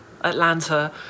Atlanta